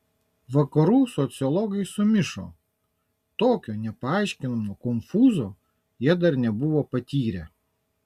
vakarų sociologai sumišo tokio nepaaiškinamo konfūzo jie dar nebuvo patyrę